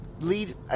lead